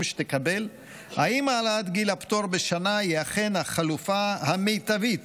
שתקבל אם העלאת גיל הפטור בשנה היא אכן החלופה המיטבית